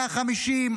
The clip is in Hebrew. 150,